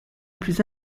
plus